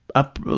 up,